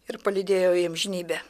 ir palydėjau į amžinybę